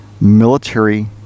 military